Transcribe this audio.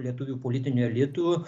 lietuvių politiniu elitu